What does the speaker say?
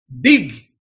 Dig